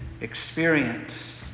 experience